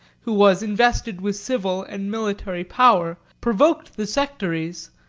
who was invested with civil and military power, provoked the sectaries,